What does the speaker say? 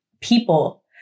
people